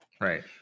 Right